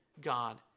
God